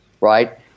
right